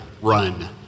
run